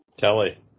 Kelly